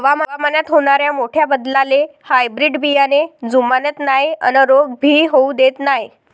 हवामानात होनाऱ्या मोठ्या बदलाले हायब्रीड बियाने जुमानत नाय अन रोग भी होऊ देत नाय